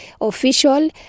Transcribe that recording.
official